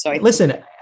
Listen